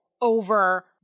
over